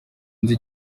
nzi